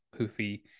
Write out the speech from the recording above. poofy